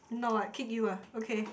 no I kick you ah okay